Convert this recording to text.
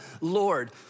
Lord